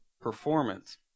performance